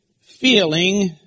feeling